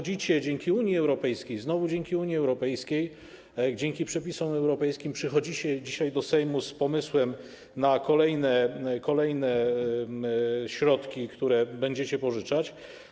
Dzięki Unii Europejskiej, znowu dzięki Unii Europejskiej, dzięki przepisom europejskim, przychodzicie dzisiaj do Sejmu z pomysłem na kolejne środki, które będziecie pożyczać.